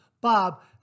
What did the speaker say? Bob